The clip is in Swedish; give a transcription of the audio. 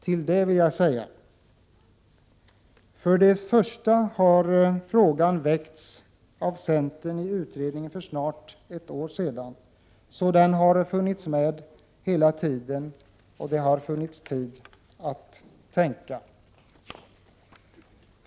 Till det vill jag säga: För det första har frågan väckts av centern i utredningen för snart ett år sedan, så den har funnits med hela tiden och det har funnits tid att tänka.